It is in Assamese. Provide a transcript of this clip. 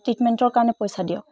ট্ৰিটমেণ্টৰ কাৰণে পইচা দিয়ক